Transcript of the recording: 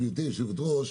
גברתי היושבת-ראש,